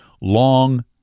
long